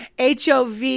HOV